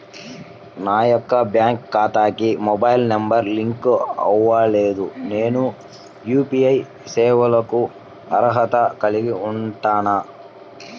నా యొక్క బ్యాంక్ ఖాతాకి మొబైల్ నంబర్ లింక్ అవ్వలేదు నేను యూ.పీ.ఐ సేవలకు అర్హత కలిగి ఉంటానా?